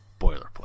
boilerplate